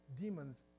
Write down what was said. demons